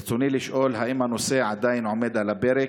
ברצוני לשאול: 1. האם הנושא עדיין עומד על הפרק?